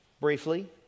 briefly